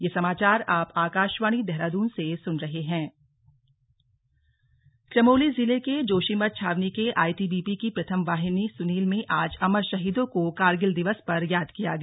slug Kargil दिवस चमोली चमोली जिले के जोशीमठ छावनी में आईटीबीपी की प्रथम वाहिनी सुनील में आज अमर शहीदों को कारगिल दिवस पर याद किया गया